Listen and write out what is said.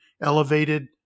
elevated